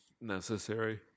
necessary